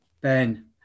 Ben